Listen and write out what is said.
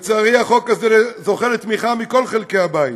לצערי, החוק הזה זוכה לתמיכה מכל חלקי הבית.